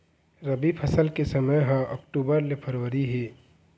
रबी फसल के समय ह अक्टूबर ले फरवरी हे